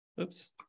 Oops